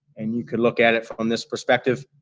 and you can look at it from this perspective,